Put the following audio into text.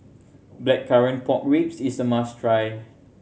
Blackcurrant Pork Ribs is a must try